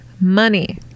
Money